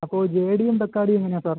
അപ്പോൾ ജേ ഡിയും ബെക്കാഡിയും എങ്ങനെയാണ് സാർ